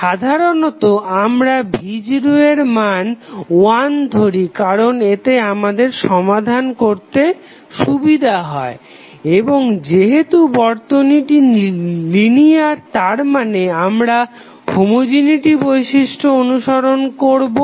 সাধারণত আমরা v0 এর মান 1 ধরি কারণ এতে আমাদের সমাধান করতে সুবিধা হয় এবং যেহেতু বর্তনীটি লিনিয়ার তারমানে আমরা হোমোজিনিটি বৈশিষ্ট্য অনুসরণ করবো